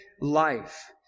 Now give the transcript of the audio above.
life